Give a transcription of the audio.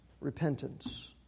repentance